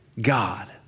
God